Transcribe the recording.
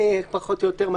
פחות או יותר,